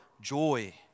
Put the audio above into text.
joy